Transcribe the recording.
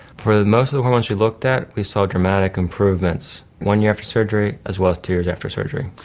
for most of the hormones we looked at we saw dramatic improvements, one year after surgery as well as two years after surgery.